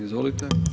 Izvolite.